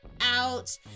out